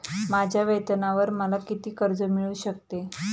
माझ्या वेतनावर मला किती कर्ज मिळू शकते?